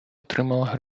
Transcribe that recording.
отримала